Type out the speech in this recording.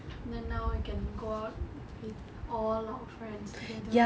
then now I can go out with all our friends together now